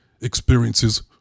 experiences